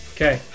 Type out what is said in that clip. Okay